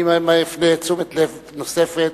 אני מפנה תשומת לב פעם נוספת: